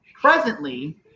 presently